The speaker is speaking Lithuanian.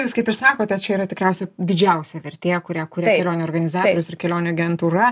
jūs kaip ir sakote čia yra tikriausiai didžiausia vertė kurią kuria kelionių organizatorius ir kelionių agentūra